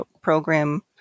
program